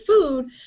food